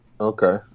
Okay